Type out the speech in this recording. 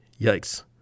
Yikes